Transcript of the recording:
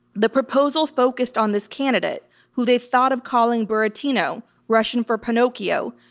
the proposal focused on this candidate who they thought of calling burrotino, russian for pinocchio,